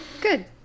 good